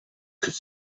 could